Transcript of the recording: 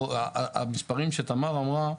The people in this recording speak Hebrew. המספרים שתמר אמרה,